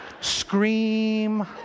scream